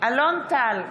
אלון טל,